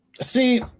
See